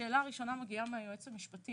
השאלה הראשונה מגיעה מהיועץ המשפטי